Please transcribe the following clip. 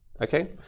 Okay